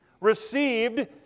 received